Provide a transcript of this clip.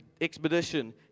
expedition